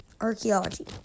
archaeology